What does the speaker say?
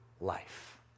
life